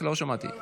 לא שמעתי.